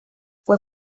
fue